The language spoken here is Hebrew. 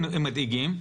הם מדאיגים,